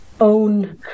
own